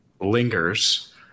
lingers